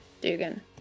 Dugan